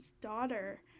daughter